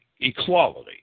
equality